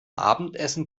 abendessen